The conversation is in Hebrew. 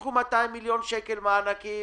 הבטיחו 200 מיליון שקל מענקים